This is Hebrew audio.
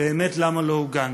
באמת למה לא אוגנדה.